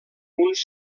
uns